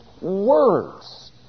words